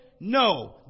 No